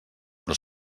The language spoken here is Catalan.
però